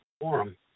forum